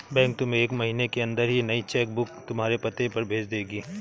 bank तुम्हें एक महीने के अंदर ही नई चेक बुक तुम्हारे पते पर भेज देगी